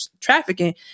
trafficking